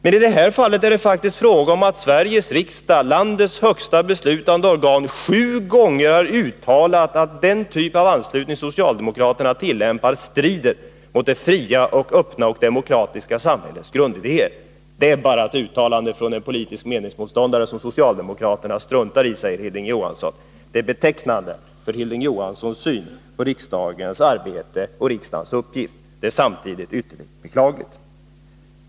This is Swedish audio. Men i detta fall är det faktiskt fråga om att Sveriges riksdag, landets högsta beslutande organ, sju gånger har uttalat att den typ av anslutning som socialdemokraterna tillämpar strider mot det fria, öppna och demokratiska samhällets grundläggande regler. Men för Nr 29 Hilding Johansson är alltså ett riksdagsuttalande bara ett uttalande från en politisk meningsmotståndare som socialdemokraterna struntar i. Det är betecknande för Hilding Johanssons syn på riksdagens arbete och uppgift. Det är samtidigt ytterligt beklagligt.